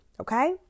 Okay